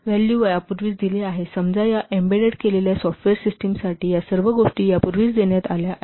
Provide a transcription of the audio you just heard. value यापूर्वीच दिली आहेत आणि समजा या एम्बेड केलेल्या सॉफ्टवेअर सिस्टमसाठी या सर्व गोष्टी यापूर्वीच देण्यात आल्या आहेत